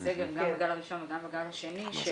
גם בגל הראשון וגם בגל השני.